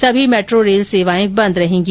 सभी metro rail सेवाएं बंद रहेगी